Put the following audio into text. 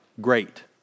great